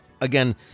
Again